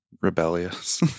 rebellious